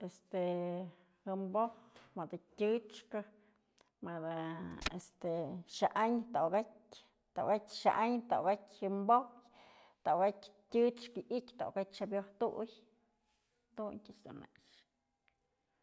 Este jënboj madë tyëchkë, mëdë este xa'anyë tokatyë, tokatyë xa'an, tokatyë jën pojyë, tokatyë tyëchkë i'ityë, tokatyë t'sabyoj tuy, jadun dun nä i'ixë.